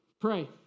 Pray